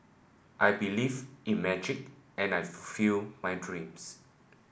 I believed in magic and I fulfilled my dreams